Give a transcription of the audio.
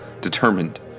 determined